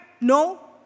No